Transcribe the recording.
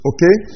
Okay